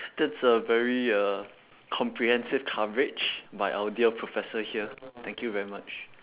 that's a very uh comprehensive coverage by our dear professor here thank you very much